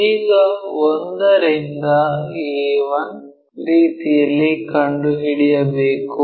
ಈಗ 1 ರಿಂದ a1 ರೀತಿಯಲ್ಲಿ ಕಂಡುಹಿಡಿಯಬೇಕು